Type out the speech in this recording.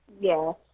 Yes